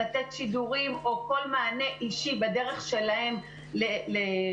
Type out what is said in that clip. לתת שידורים או כל מענה אישי בדרך שלהן להורים,